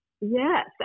Yes